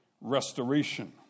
restoration